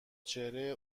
چهره